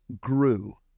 grew